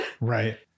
right